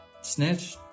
snitch